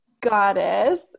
goddess